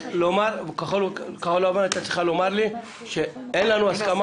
כי כחול לבן הייתה צריכה לומר לי שאין הסכמה